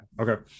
okay